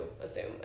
assume